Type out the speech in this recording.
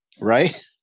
Right